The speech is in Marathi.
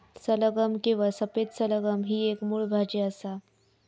सलगम किंवा सफेद सलगम ही एक मुळ भाजी असा